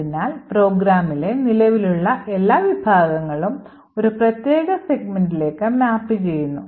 അതിനാൽ പ്രോഗ്രാമിലെ നിലവിലുള്ള എല്ലാ വിഭാഗങ്ങളും ഒരു പ്രത്യേക സെഗ്മെന്റിലേക്ക് മാപ്പു ചെയ്യുന്നു